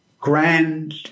grand